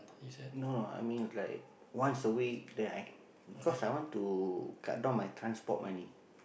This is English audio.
no I means like once a week then I cause I want to cut down on my transport money